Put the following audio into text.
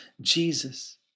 Jesus